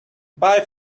bye